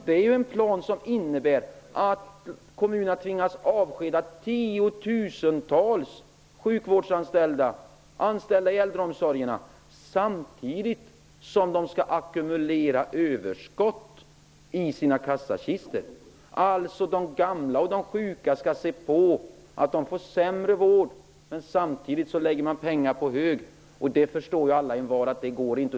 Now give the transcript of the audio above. Det är ju en plan som innebär att kommunerna kommer att tvingas avskeda tiotusentals sjukvårdsanställda och anställda inom äldreomsorgen, samtidigt som de skall ackumulera överskott i sina kassakistor. De gamla och sjuka skall alltså se hur de får sämre vård, samtidigt som pengarna läggs på hög. Att detta inte går förstår väl alla och envar.